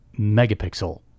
megapixel